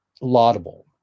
laudable